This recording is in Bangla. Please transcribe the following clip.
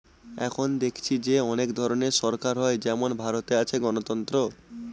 এখন দেখেছি যে অনেক ধরনের সরকার হয় যেমন ভারতে আছে গণতন্ত্র